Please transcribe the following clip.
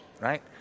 right